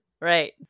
Right